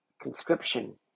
conscription